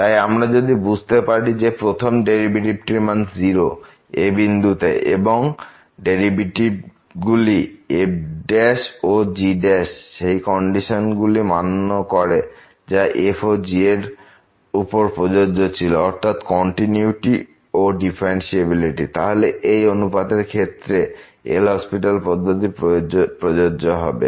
তাই আমরা যদি বুঝতে পারি যে প্রথম ডেরিভেটিভটির মান 0 a বিন্দুতে এবং ডেরিভেটিভ গুলি f ও g সেই কন্ডিশন গুলি মান্য করে যা f এবং g এর উপর প্রযোজ্য ছিল অর্থাৎ কন্টিনিউইটি ও ডিফারেনসিএবিলিটি তাহলে এই অনুপাত এর ক্ষেত্রে এল হসপিটাল পদ্ধতি প্রযোজ্য হবে